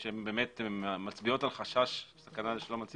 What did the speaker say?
על חשש סכנה לשלום הציבור.